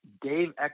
Dave